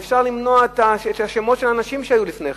אפשר למנוע אותם מלראות את שמות האנשים שהיו לפני כן,